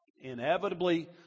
inevitably